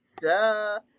Duh